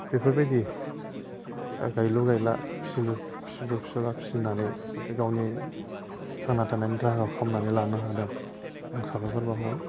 बेफोरबायदि गायलु गायला फिसिलु फिसिला फिसिनानै गावनि थांना थानायनि राहा खालामनानै लानो हादों आं साबायखर बाउहरो